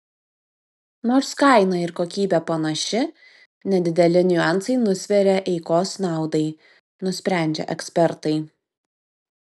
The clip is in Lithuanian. nors kaina ir kokybė panaši nedideli niuansai nusveria eikos naudai nusprendžia ekspertai